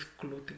clothing